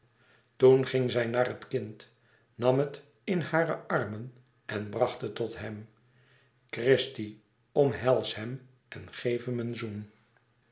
toen ging zij naar het kind nam het in hare armen en bracht het tot hem christie omhels hem en geef hem een zoen